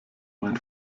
mein